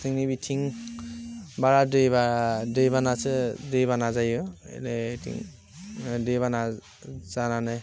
जोंनि बिथिं बारा दैबा दैबानासो दैबाना जायो दै दैबाना जानानै